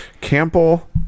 Campbell